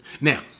Now